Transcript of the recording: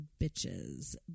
Bitches